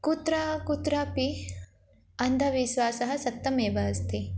कुत्र कुत्रापि अन्धविश्वासः सत्यमेव अस्ति